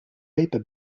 paper